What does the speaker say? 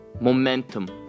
momentum